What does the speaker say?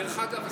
דרך אגב,